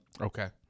Okay